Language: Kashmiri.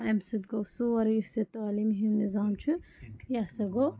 اَمہِ سۭتۍ گوٚو سورُے یُس یہِ تعلیٖم ہُنٛد نظام چھُ یہِ ہَسا گوٚو